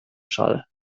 szale